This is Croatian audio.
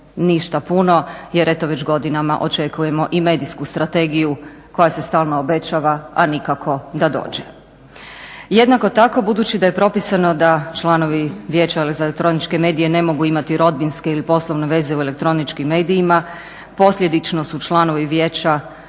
ništa puno jer eto već godinama očekujemo i medijsku strategiju koja se stalno obećava, a nikako da dođe. Jednako tako budući da propisano da članovi Vijeća za elektroničke medije ne mogu imati rodbinske ili poslovne veze u elektroničkim medijima, posljedično su članovi Vijeća